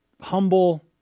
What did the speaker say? humble